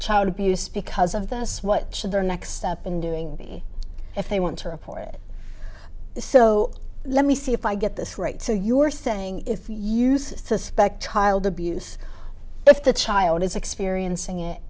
child abuse because of this what should their next step in doing if they want to report it so let me see if i get this right so you're saying if you suspect child abuse if the child is experiencing it